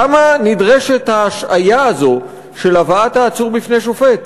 למה נדרשת ההשהיה הזו של הבאת העצור בפני שופט?